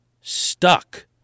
stuck